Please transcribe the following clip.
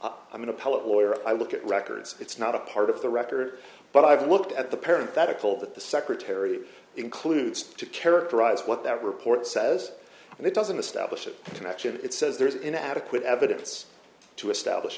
it lawyer i look at records it's not a part of the record but i've looked at the parent that icle that the secretary includes to characterize what that report says and it doesn't establish a connection it says there is inadequate evidence to establish